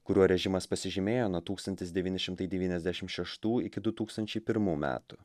kuriuo režimas pasižymėjo nuo tūkstantis devyni šimtai devyniasdešimt šeštų iki du tūkstančiai pirmų metų